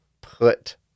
put